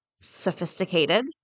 sophisticated